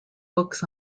books